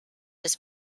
his